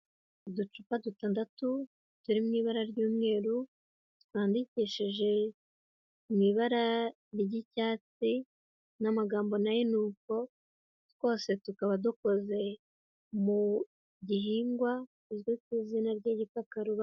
Uducupa dutandatu turiw muibara ry'umweru twandikishije mu ibara ry'icyatsi n'amagambo nayo ni uko, twose tukaba dukoze mu gihingwa kizwi ku izina ry'igikakarubamba.